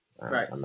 Right